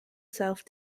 self